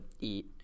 eat